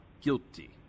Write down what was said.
guilty